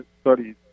studies